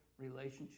relationship